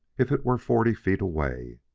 if it were forty feet away.